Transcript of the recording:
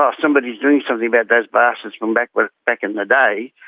ah somebody is doing something about those bastards from back but back in the day,